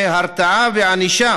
הרתעה וענישה